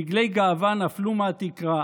דגלי גאווה נפלו מהתקרה.